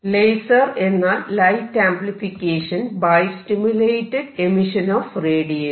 laser എന്നാൽ light amplification by stimulated emission of radiation